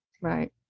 right